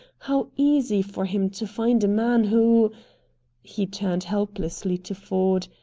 how easy for him to find a man who he turned helplessly to ford.